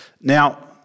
Now